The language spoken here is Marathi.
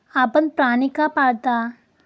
आपण प्राणी का पाळता?